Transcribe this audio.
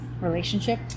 relationship